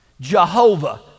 Jehovah